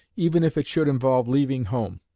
even if it should involve leaving home.